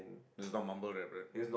just now mumble right